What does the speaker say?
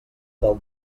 del